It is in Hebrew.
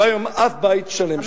לא היה היום אף בית שלם.